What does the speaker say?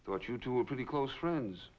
i thought you two are pretty close friends